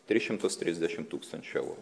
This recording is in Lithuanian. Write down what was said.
tris šimtus trisdešim tūkstančių eurų